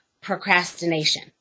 procrastination